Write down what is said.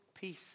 peace